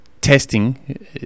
testing